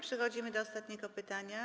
Przechodzimy do ostatniego pytania.